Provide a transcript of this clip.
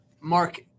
mark